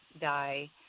die